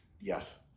Yes